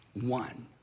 one